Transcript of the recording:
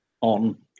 on